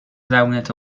زبونت